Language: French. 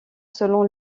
selon